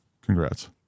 Congrats